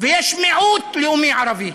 ויש מיעוט לאומי ערבי.